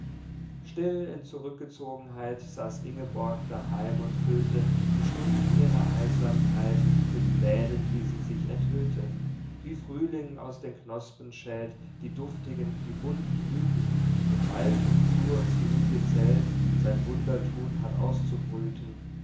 still in zurückgezogenheit saß ingeborg daheim und füllte die stunden ihrer einsamkeit mit plänen die sie sich enthüllte wie frühling aus den knospen schält die duftigen die bunten blüthen in wald und flur die ungezählt sein wunderthun hat auszubrüten